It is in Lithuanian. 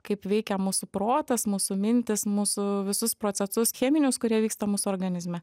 kaip veikia mūsų protas mūsų mintys mūsų visus procesus cheminius kurie vyksta mūsų organizme